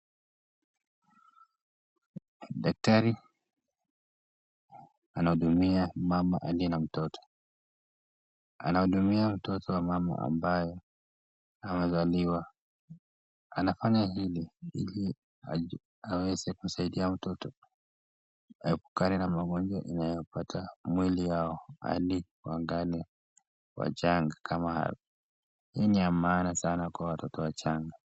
Daktari anahudumia mama aliye na mtoto, anahudumia mtoto ambaye amezaliwa, anafanya hivi ili aweze kusaidia mtoto aepukana na magonjwa inayopata mwili yao, mbali wangali wachanga kama hii ni ya maana sana kwa watoto wachanga.